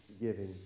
giving